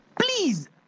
please